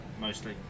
mostly